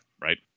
Right